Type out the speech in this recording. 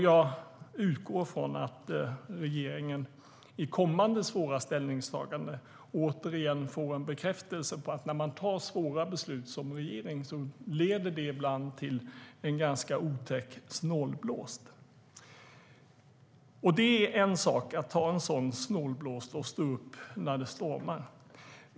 Jag utgår från att regeringen i kommande svåra ställningstaganden återigen får en bekräftelse på att svåra beslut man tar som regering ibland leder till en ganska otäck snålblåst. Det är en sak att ta en sådan snålblåst och stå upp när det stormar.